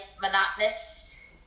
monotonous